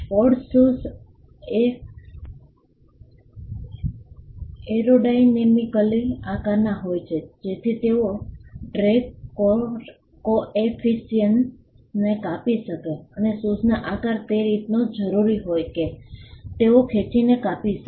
sport shoes aerodynamically આકારના હોય છે જેથી તેઓ ડ્રેગ કોએફીસીયન્ટને કાપી શકે અને સૂઝનો આકાર તે રીતેનો જરૂરી હોય કે તેઓ ખેંચીને કાપી શકે